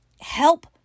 Help